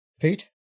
Pete